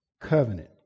covenant